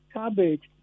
cabbage